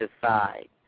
decide